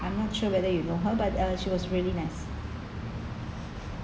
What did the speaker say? I'm not sure whether you know her but uh she was really nice